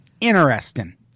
Interesting